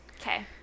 Okay